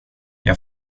jag